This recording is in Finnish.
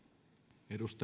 arvoisa